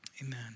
Amen